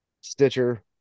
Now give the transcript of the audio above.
Stitcher